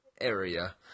area